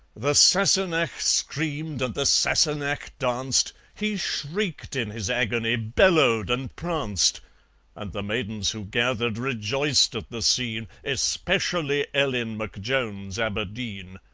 the sassenach screamed, and the sassenach danced he shrieked in his agony bellowed and pranced and the maidens who gathered rejoiced at the scene especially ellen mcjones aberdeen.